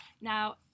now